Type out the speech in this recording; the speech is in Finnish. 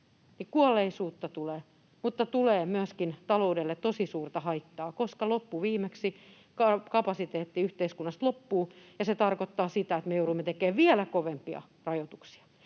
kuolleisuutta tulee, mutta tulee myöskin taloudelle tosi suurta haittaa, koska loppuviimeksi kapasiteetti yhteiskunnasta loppuu, ja se tarkoittaa sitä, että me joudumme tekemään vielä kovempia rajoituksia.